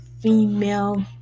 female